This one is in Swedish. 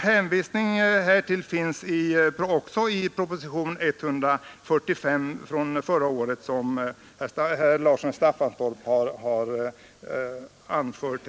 Hänvisning till de objekten finns också i propositionen 145 från förra året som herr Larsson i Staffanstorp har anfört.